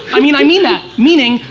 i mean i mean that meaning,